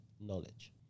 knowledge